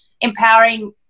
empowering